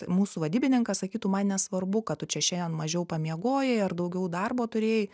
mūsų vadybininkas sakytų man nesvarbu kad tu čia šiandien mažiau pramiegojai ar daugiau darbo turėjai